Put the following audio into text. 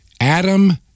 Adam